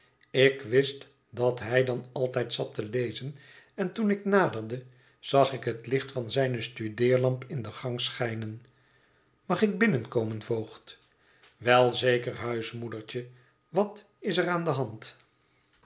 ik wist dat hij dan altijd zat te lezen en toen ik nauerde zag ik het licht van zijne studeerlamp in den gang schijnen mag ik binnenkomen voogd wel zeker huismoedertje wat is er aan de hand